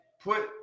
put